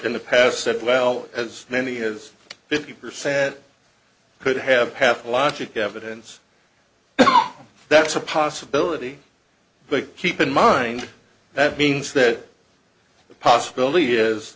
in the past said well as many as fifty percent could have pathologic evidence that's a possibility but keep in mind that means that the possibility is